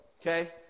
okay